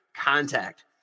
contact